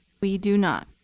we do not.